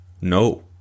no